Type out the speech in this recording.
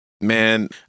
man